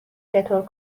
چطور